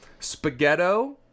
spaghetto